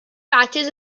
patches